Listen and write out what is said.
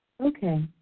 Okay